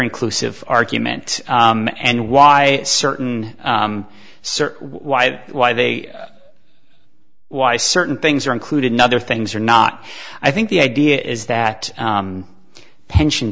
inclusive argument and why certain sir why why they why certain things are included in other things or not i think the idea is that pension